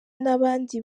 n’abandi